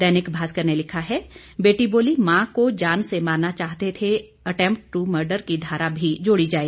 दैनिक भास्कर ने लिखा है बेटी बोली मां को जान से मारना चाहते थे अटेम्प्ट टू मर्डर की धारा भी जोड़ी जाए